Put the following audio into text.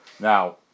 Now